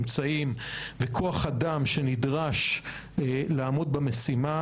אמצעים וכוח אדם שנדרש לעמוד במשימה